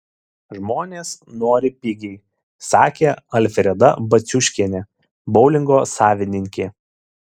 žmonės nori pigiai sakė alfreda baciuškienė boulingo savininkė